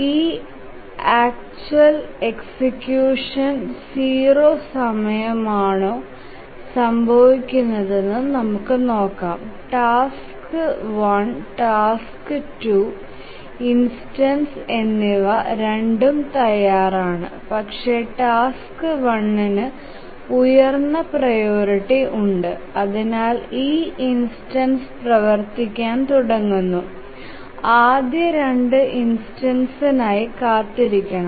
ഈ actual execution 0 സമയമാണോ സംഭവിക്കുന്നതെന്ന് നമുക്ക് നോക്കാം ടാസ്ക് 1 ടാസ്ക് 2 ഇൻസ്റ്റൻസ് എന്നിവ രണ്ടും തയ്യാറാണ് പക്ഷേ ടാസ്ക് 1 ന് ഉയർന്ന പ്രിയോറിറ്റി ഉണ്ട് അതിനാൽ ഈ ഇൻസ്റ്റൻസ് പ്രവർത്തിക്കാൻ തുടങ്ങുന്നു ആദ്യ 2 ഇൻസ്റ്റൻസിനായി കാത്തിരിക്കണം